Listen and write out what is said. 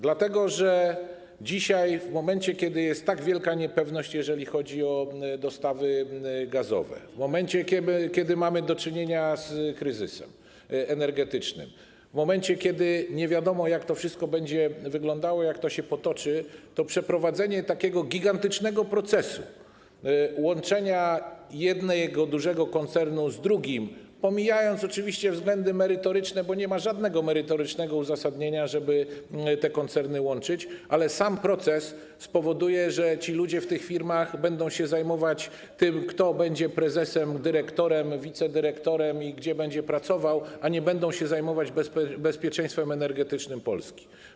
Dlatego że dzisiaj, w momencie, kiedy jest tak wielka niepewność, jeżeli chodzi o dostawy gazowe, w momencie, kiedy mamy do czynienia z kryzysem energetycznym, w momencie, kiedy nie wiadomo, jak to wszystko będzie wyglądało, jak to się potoczy, to przeprowadzenie takiego gigantycznego procesu łączenia jednego dużego koncernu z drugim, pomijając oczywiście względy merytoryczne, bo nie ma żadnego merytorycznego uzasadnienia, żeby te koncerny łączyć, sam proces spowoduje, że ludzie w tych firmach będą zajmować się tym, kto będzie prezesem, dyrektorem, wicedyrektorem i gdzie będzie pracował, a nie będą zajmować się bezpieczeństwem energetycznym Polski.